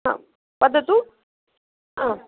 हा वदतु हा